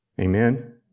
Amen